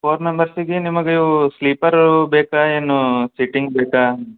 four ಮೆಂಬರ್ಸಿಗೆ ನಿಮಗೆ sleeper ಬೇಕಾ ಏನು ಸಿಟ್ಟಿಂಗ್ ಬೇಕಾ